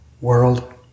world